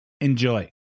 Enjoy